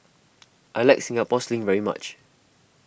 I like Singapore Sling very much